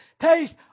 taste